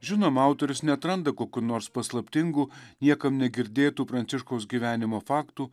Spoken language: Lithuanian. žinoma autorius neatranda kokių nors paslaptingų niekam negirdėtų pranciškaus gyvenimo faktų